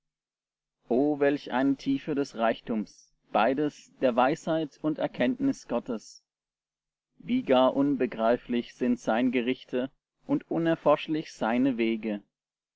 o welch eine tiefe des reichtums beides der weisheit und erkenntnis gottes wie gar unbegreiflich sind sein gerichte und unerforschlich seine wege